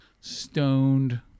stoned